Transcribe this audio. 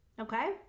okay